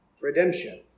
redemption